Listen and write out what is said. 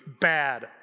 bad